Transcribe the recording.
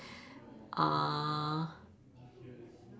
uh